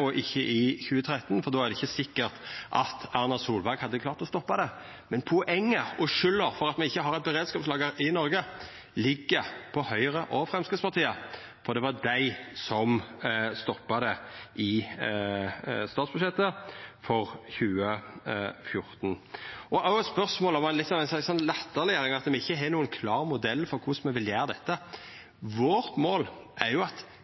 og ikkje i 2013, for då er det ikkje sikkert at Erna Solberg hadde klart å stoppa det. Men poenget er at skulda for at me ikkje har eit beredskapslager i Noreg ligg på Høgre og Framstegspartiet, for det var dei som stoppa det i statsbudsjettet for 2014. Det var også litt latterleggjering av at me ikkje har ein klar modell for korleis me vil gjera dette. Målet vårt er at